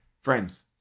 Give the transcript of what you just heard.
Friends